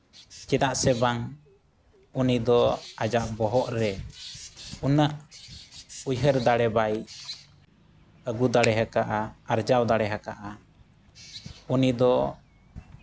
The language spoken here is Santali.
ᱪᱮᱫᱟᱜ ᱥᱮ ᱵᱟᱝ ᱩᱱᱤ ᱫᱚ ᱟᱭᱟᱜ ᱵᱚᱦᱚᱜ ᱨᱮ ᱩᱱᱟᱹᱜ ᱩᱭᱦᱟᱹᱨ ᱫᱟᱲᱮ ᱵᱟᱭ ᱟᱹᱜᱩ ᱫᱟᱲᱮ ᱠᱟᱜᱼᱟ ᱟᱨᱡᱟᱣ ᱫᱟᱲᱮ ᱠᱟᱜᱼᱟ ᱩᱱᱤ ᱫᱚ